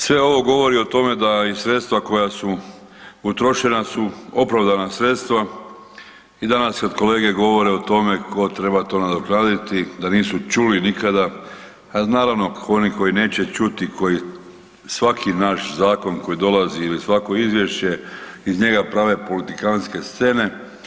Sve ovo govori o tome da i sredstva koja su utrošena su opravdana sredstva i danas kad kolege govore o tome tko treba to nadoknaditi da nisu čuli nikada, a naravno oni koji neće čuti koji svaki naš zakon koji dolazi ili svako izvješće iz njega prave politikantske scene.